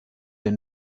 der